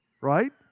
right